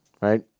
right